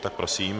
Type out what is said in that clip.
Tak prosím.